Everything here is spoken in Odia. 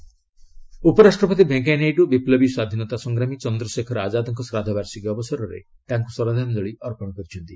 ଭିପି ଏଚ୍ଏମ୍ ଆଜାଦ ଉପରାଷ୍ଟ୍ରପତି ଭେଙ୍କିୟାନାଇଡୁ ବିପ୍ଲବୀ ସ୍ୱାଧୀନତା ସଂଗ୍ରାମୀ ଚନ୍ଦ୍ରଶେଖର ଆଜାଦଙ୍କ ଶ୍ରାଦ୍ଧବାର୍ଷିକୀ ଅବସରରେ ତାଙ୍କୁ ଶ୍ରଦ୍ଧାଞ୍ଜଳି ଅର୍ପଣ କରିଛନ୍ତି